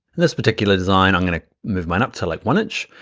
this particular design i'm gonna move mine up to like one inch.